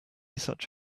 such